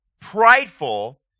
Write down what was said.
prideful